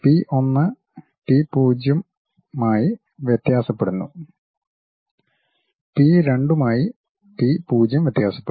P 1 P 0 യുമായി വ്യത്യാസപ്പെടുന്നു P 2 യുമായി പി 0 വ്യത്യാസപ്പെടുന്നു